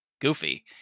goofy